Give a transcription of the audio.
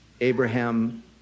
Abraham